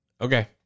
Okay